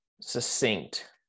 succinct